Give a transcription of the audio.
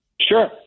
Sure